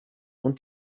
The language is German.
und